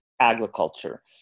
agriculture